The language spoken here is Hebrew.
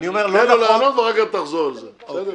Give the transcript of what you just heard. תן לו לענות ואחר כך תחזור על זה, בסדר?